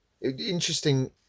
Interesting